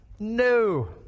No